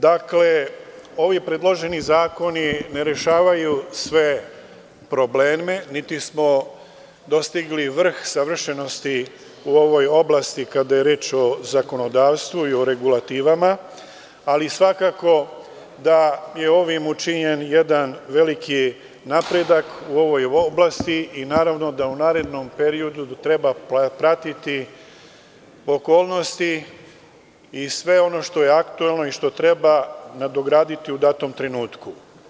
Dakle, ovi predloženi zakoni ne rešavaju sve probleme, niti smo dostigli vrh savršenosti u ovoj oblasti kada je reč o zakonodavstvu i o regulativama, ali svakako da je ovim učinjen jedan veliki napredak u ovoj oblasti i naravno da u narednom periodu treba pratiti okolnosti i sve ono što je aktuelno i što treba nadograditi u datom trenutku.